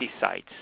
sites